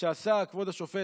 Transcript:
שעשה כבוד השופט,